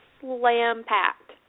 slam-packed